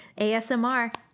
asmr